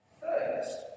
first